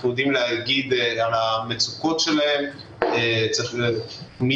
אנחנו יודעים להגיד על המצוקות שלהם, אנחנו